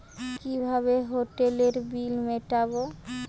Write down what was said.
কিভাবে হোটেলের বিল মিটাব?